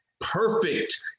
perfect